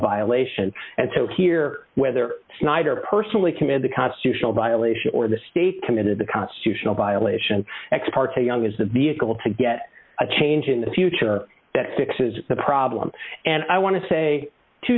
violation and so here whether snyder personally committed the constitutional violation or the state committed the constitutional violation ex parte young is the vehicle to get a change in the future that fixes the problem and i want to say two